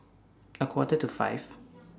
A Quarter to five